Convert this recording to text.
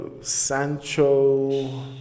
Sancho